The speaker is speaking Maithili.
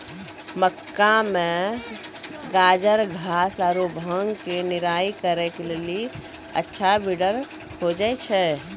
मक्का मे गाजरघास आरु भांग के निराई करे के लेली अच्छा वीडर खोजे छैय?